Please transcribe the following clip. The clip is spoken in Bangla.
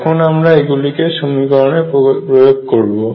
এখন আমরা এগুলিকে সমীকরণে প্রয়োগ করব